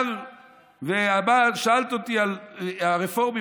שאלת אותי על הרפורמים,